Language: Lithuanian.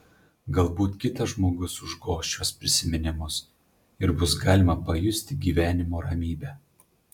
galbūt kitas žmogus užgoš šiuos prisiminimus ir bus galima pajusti gyvenimo ramybę